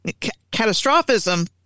catastrophism